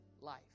life